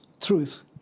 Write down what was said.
truth